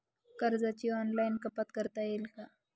कर्जाची ऑनलाईन कपात करता येईल का?